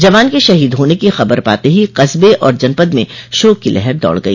जवान के शहीद होने की खबर पाते ही कस्बे और जनपद में शोक की लहर दौड़ गई